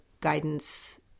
guidance